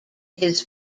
his